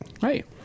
right